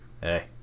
hey